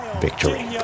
victory